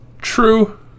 True